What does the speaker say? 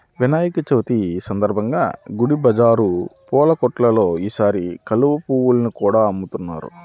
వినాయక చవితి సందర్భంగా గుడి బజారు పూల కొట్టుల్లో ఈసారి కలువ పువ్వుల్ని కూడా అమ్ముతున్నారు